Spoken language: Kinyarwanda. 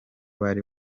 bari